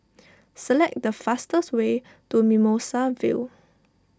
select the fastest way to Mimosa Vale